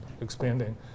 expanding